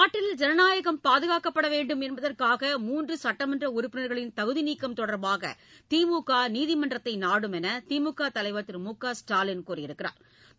நாட்டில் ஜனநாயகம் பாதுகாக்கப்பட வேண்டும் என்பதற்காக மூன்று சட்டமன்ற உறுப்பினர்களின் தகுதிநீக்கம் தொடர்பாக திமுக நீதிமன்றத்தை நாடும் என்று கட்சித்தலைவர் திரு மு க ஸ்டாலின் தெரிவித்துள்ளா்